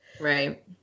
Right